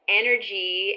energy